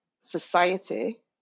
society